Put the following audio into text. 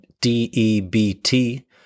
D-E-B-T